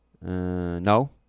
No